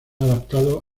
adaptado